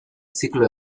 ziklo